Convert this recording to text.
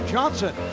Johnson